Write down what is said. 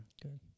Good